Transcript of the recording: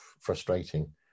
frustrating